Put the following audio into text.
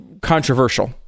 controversial